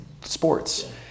sports